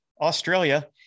Australia